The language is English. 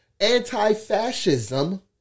Anti-fascism